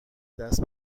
دست